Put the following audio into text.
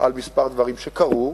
כמה דברים שקרו,